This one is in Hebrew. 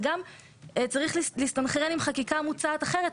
וגם צריך להסתנכרן עם חקיקה מוצעת אחרת,